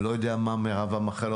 אני לא יודע מה מרב המחלות,